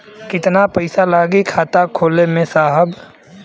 कितना पइसा लागि खाता खोले में साहब?